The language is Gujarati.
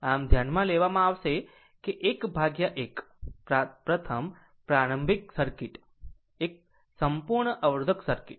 આમ ધ્યાનમાં લેવામાં આવશે 11 પ્રથમ પ્રારંભિક સર્કિટ એક સંપૂર્ણ અવરોધક સર્કિટ